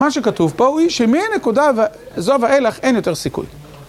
מה שכתוב פה הוא שמהנקודה זו ואילך אין יותר סיכוי.